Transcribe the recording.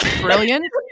brilliant